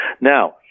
Now